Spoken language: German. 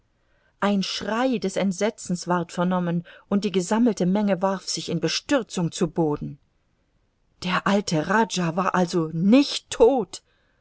ein schrei des entsetzens ward vernommen und die gesammte menge warf sich in bestürzung zu boden der alte rajah war also nicht todt